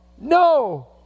No